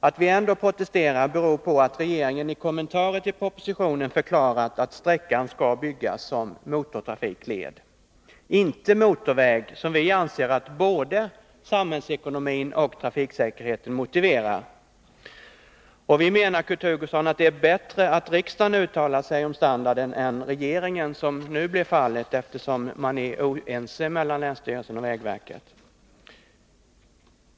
Att vi ändå protesterar beror på att regeringen i kommentarer till propositionen förklarat att sträckan skall byggas som motortrafikled, inte som motorväg, vilket vi anser att både samhällsekonomin och trafiksäkerheten motiverar. Vi menar, Kurt Hugosson, att det är bättre att riksdagen uttalar sig om standarden än regeringen, som nu blir fallet, eftersom man är oense mellan länsstyrelsen och vägverket.